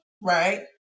right